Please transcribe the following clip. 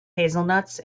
hazelnuts